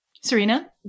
Serena